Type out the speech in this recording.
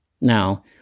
Now